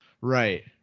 right